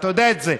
אתה יודע את זה.